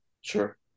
Sure